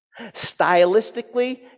Stylistically